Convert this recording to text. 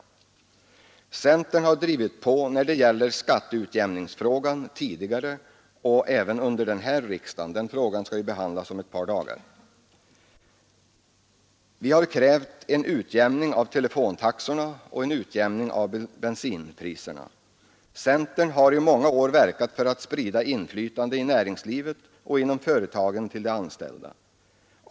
Centern har tidigare även under denna riksdag drivit på när det gäller skatteutjämningsfrågan, som vi här i riksdagen skall behandla om ett par dagar. Vi har också krävt en utjämning av telefontaxorna och av bensinpriserna. Centern har i många år verkat för att sprida inflytandet i näringslivet och inom företagen till de anställda.